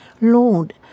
Lord